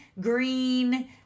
green